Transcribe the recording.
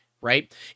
right